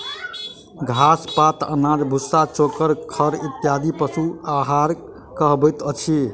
घास, पात, अनाज, भुस्सा, चोकर, खड़ इत्यादि पशु आहार कहबैत अछि